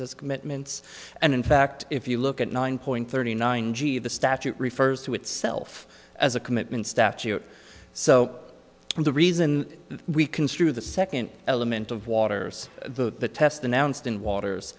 as commitments and in fact if you look at nine point thirty nine g the statute refers to itself as a commitment statute so and the reason we construe the second element of waters the test announced in waters